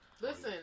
Listen